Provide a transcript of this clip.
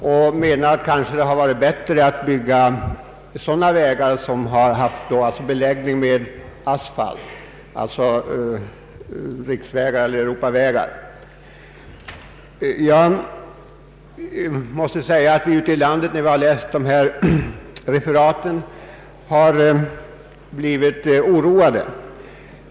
Man menar att det kanske hade varit bättre att bygga vägar som haft beläggning med asfalt, alltså riksvägar eller Europavägar. När vi ute i landet nu har läst dessa referat har vi blivit oroade.